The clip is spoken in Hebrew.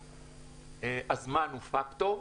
הזמן הוא פקטור,